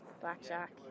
Blackjack